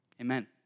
amen